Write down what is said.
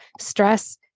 stress